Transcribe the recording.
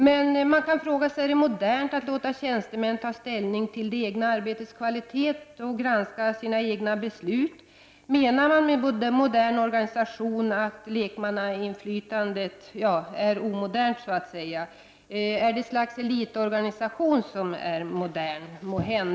Men man kan fråga sig om det är modernt att låta tjänstemän ta ställning till det egna arbetets kvalitet och granska sina egna beslut. Menar socialdemokraterna att lekmannainflytandet är omodernt? Är det måhända ett slags elitorganisation som är modern?